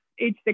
age